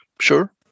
Sure